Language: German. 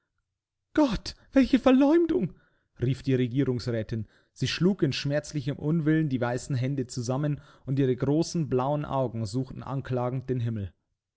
gott welche verleumdung rief die regierungsrätin sie schlug in schmerzlichem unwillen die weißen hände zusammen und ihre großen blauen augen suchten anklagend den himmel